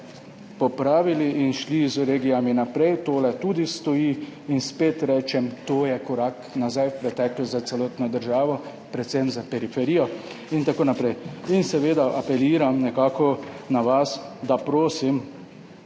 popravili in šli z regijami naprej. Tole tudi stoji. In spet rečem, to je korak nazaj v preteklost za celotno državo, predvsem za periferijo in tako naprej. Seveda apeliram na vas, prosim,